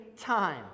time